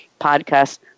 podcast